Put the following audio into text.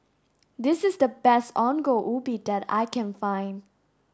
this is the best Ongol Ubi that I can find